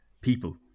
people